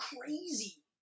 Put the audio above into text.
crazy